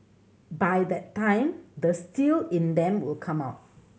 by that time the steel in them will come out